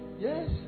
yes